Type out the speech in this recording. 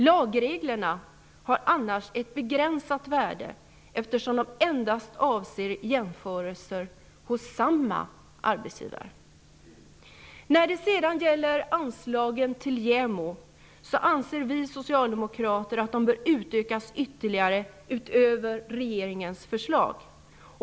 Lagreglerna har annars ett begränsat värde eftersom de endast avser jämförelser hos samma arbetsgivare. Vi socialdemokrater anser att anslagen till JämO bör utökas ytterligare utöver regeringens förslag.